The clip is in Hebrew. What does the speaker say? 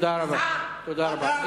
זאת מחמאה בשבילו.